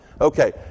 Okay